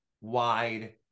wide